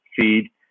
feed